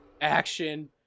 action